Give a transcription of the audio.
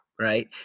Right